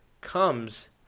comes